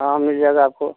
हाँ हाँ मिल जाएगा आपको